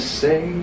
say